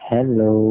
Hello।